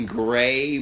gray